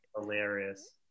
hilarious